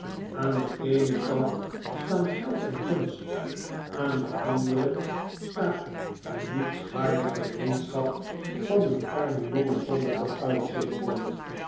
aan den eenen kant staan geld en gunst aan den anderen staat de nietswaardige vriendschap van een armen jongen zonder